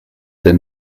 cinq